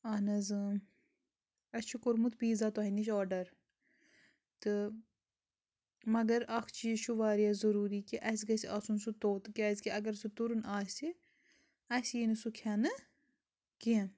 اہن حظ اۭں اسہِ چھُ کوٚرمُت پیٖزا تۄہہِ نِش آرڈر تہٕ مگر اَکھ چیٖز چھُ واریاہ ضروٗری کہِ اسہِ گَژھہِ آسُن سُہ توٚت کیٛازِکہِ اگر سُہ تُرُن آسہِ اسہِ یی نہٕ سُہ کھیٚنہٕ کینٛہہ